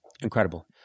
Incredible